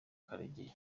karegeya